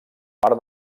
mar